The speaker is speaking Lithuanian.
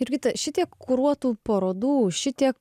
jurgita šitiek kuruotų parodų šitiek